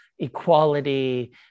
equality